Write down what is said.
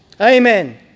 Amen